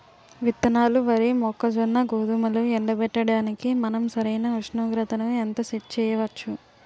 విత్తనాలు వరి, మొక్కజొన్న, గోధుమలు ఎండబెట్టడానికి మనం సరైన ఉష్ణోగ్రతను ఎంత సెట్ చేయవచ్చు?